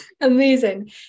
Amazing